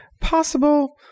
possible